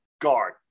guard